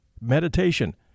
meditation